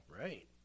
Right